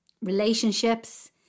relationships